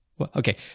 Okay